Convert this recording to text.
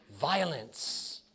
violence